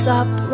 up